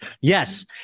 yes